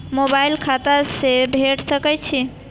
Mobile bill खाता से भेड़ सके छि?